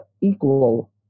equal